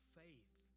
faith